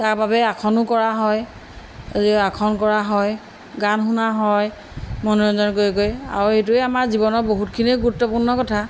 তাৰ বাবে আসনো কৰা হয় আসন কৰা হয় গান শুনা হয় মনোৰঞ্জন কৰি কৰি আৰু সেইটোৱে আমাৰ জীৱনৰ বহুতখিনিয়ে গুৰুত্বপূৰ্ণ কথা